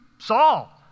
Saul